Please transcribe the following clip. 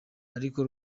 ariko